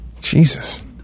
Jesus